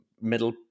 middle